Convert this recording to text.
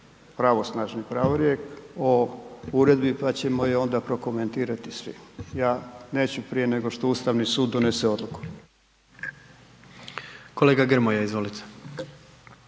pravosnažni pravorijek o uredbi, pa ćemo je onda prokomentirati svi. Ja neću prije nego što Ustavni sud donese odluku. **Jandroković,